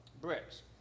bricks